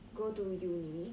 go to uni